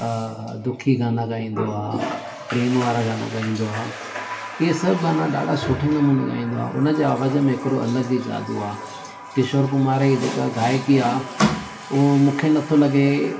दुखी गाना ॻाईंदो आहे प्रेम वारा गाना ॻाईंदो आहे इहे सभु गाना ॾाढे सुठे नमूने ॻाईंदो आहे हुनजे आवाज़ में हिकिड़ो अलॻि ई जादू आहे किशोर कुमार जी जेका गाइकी आहे उहो मूंखे नथो लॻे